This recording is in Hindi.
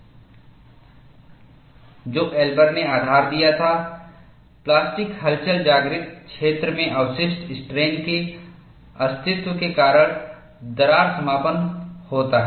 और जो एल्बर ने आधार दिया था प्लास्टिक हलचल जागृत क्षेत्र में अवशिष्ट स्ट्रेन के अस्तित्व के कारण दरार समापन होता है